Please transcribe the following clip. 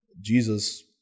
jesus